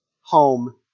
home